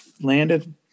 landed